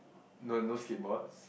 no no skateboards